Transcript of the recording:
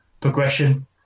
progression